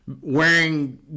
wearing